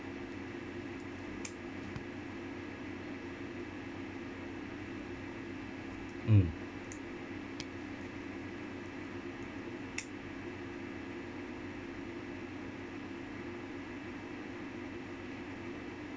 mm